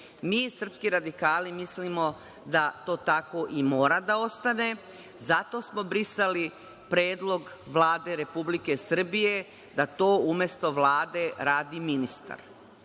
srpski radikali mislimo da to tako i mora da ostane. Zato smo brisali Predlog Vlade Republike Srbije da to umesto Vlade radi ministar.